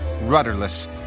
rudderless